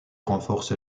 renforce